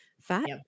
Fat